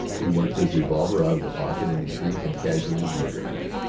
he worked his revolver out of the pocket in his sleeve, and casually murdered her.